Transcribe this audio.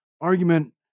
argument